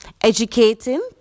educating